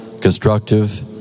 constructive